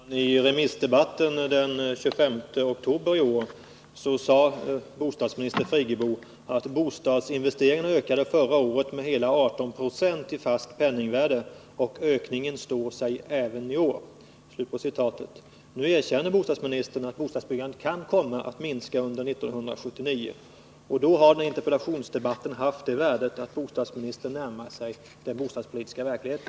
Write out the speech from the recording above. Herr talman! I den allmänpolitiska debatten den 25 oktober i år sade bostadsminister Friggebo: ”Bostadsinvesteringarna ökade förra året med hela 18 96 i fast penningvärde, och ökningen står sig även i år.” Nu erkänner bostadsministern att bostadsbyggandet kan komma att minska under 1979, och då har den här interpellationsdebatten haft det värdet att bostadsministern närmar sig den bostadspolitiska verkligheten.